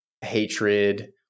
hatred